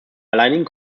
alleinigen